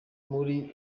muri